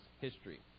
history